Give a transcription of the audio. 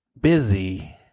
Busy